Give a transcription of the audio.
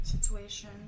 situation